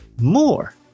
more